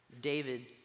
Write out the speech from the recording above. David